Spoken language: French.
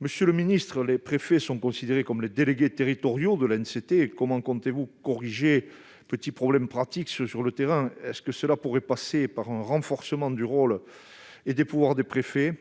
Monsieur le secrétaire d'État, les préfets sont considérés comme les délégués territoriaux de l'ANCT ; comment comptez-vous corriger les petits problèmes pratiques constatés sur le terrain ? Cela pourrait-il passer par un renforcement du rôle et des pouvoirs dévolus